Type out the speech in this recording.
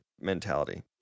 mentality